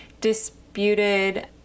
disputed